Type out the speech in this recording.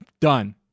done